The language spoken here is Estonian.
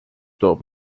toob